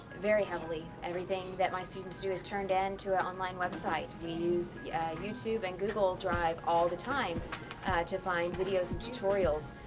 very heavily. everything that my students do is turned into an online website. we use youtube and google drive all the time to find videos and tutorials,